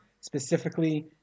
specifically